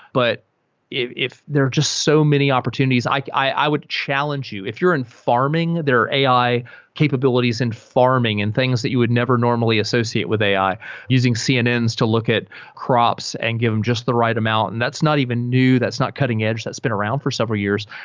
but they're just so many opportunities. i i would challenge you. if you're in farming, there ai capabilities in farming and things that you would never normally associate with ai using cnn's to look at crops and give them just the right amount. and that's not even new. that's not cutting edge. that's been around for several years.